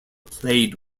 played